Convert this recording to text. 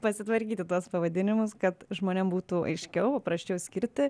pasitvarkyti tuos pavadinimus kad žmonėm būtų aiškiau paprasčiau skirti